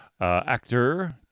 actor